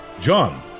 John